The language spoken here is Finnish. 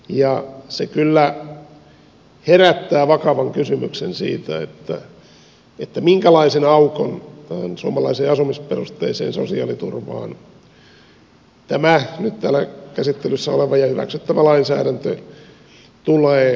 se kyllä herättää vakavan kysymyksen siitä minkälaisen aukon suomalaiseen asumisperusteiseen sosiaaliturvaan tämä nyt täällä käsittelyssä oleva ja hyväksyttävä lainsäädäntö tulee muodostamaan